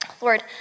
Lord